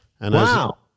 Wow